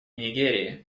нигерии